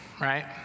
right